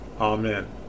Amen